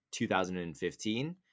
2015